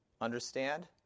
understand